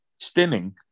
stimming